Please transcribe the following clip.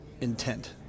intent